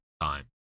time